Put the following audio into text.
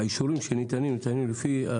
האישורים שניתנים ניתנים לפי?